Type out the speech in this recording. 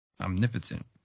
Omnipotent